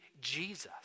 Jesus